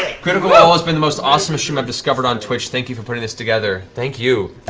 critical role has been the most awesome show i've discovered on twitch. thank you for putting this together. thank you.